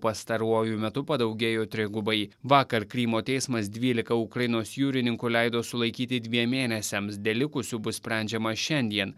pastaruoju metu padaugėjo trigubai vakar krymo teismas dvylika ukrainos jūrininkų leido sulaikyti dviem mėnesiams dėl likusių bus sprendžiama šiandien